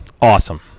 awesome